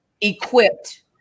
equipped